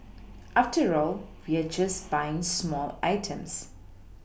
after all we're just buying small items